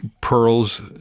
pearls